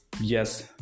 yes